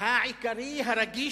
העיקרי הרגיש,